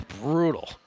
brutal